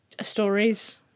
Stories